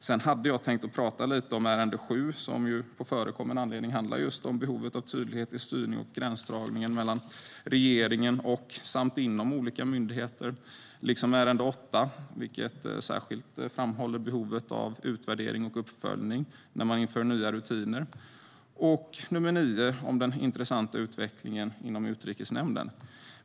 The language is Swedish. Sedan hade jag tänkt tala lite om ärende 7, som på förekommen anledning handlar just om behovet av tydlighet i styrning och gränsdragning mellan regeringen och olika myndigheter samt inom dessa, liksom ärende 8, vilket särskilt framhåller behovet av utvärdering och uppföljning när man inför nya rutiner, och 9 om den intressanta utvecklingen inom Utrikesnämnden.